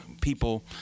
people